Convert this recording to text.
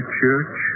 church